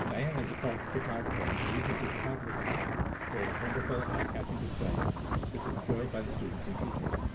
diana is a part photographer and she uses a photographer's eye to create a wonderful eye catching display which is enjoyed by the students and teachers.